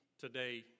today